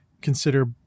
consider